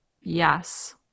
Yes